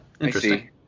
interesting